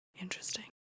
interesting